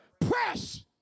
Press